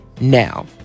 Now